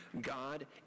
God